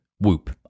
Whoop